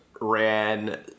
ran